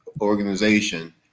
organization